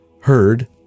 heard